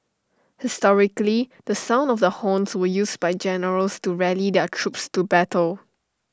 historically the sound of the horns were used by generals to rally their troops to battle